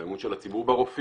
זה האמון של הציבור ברופאים,